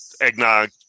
eggnog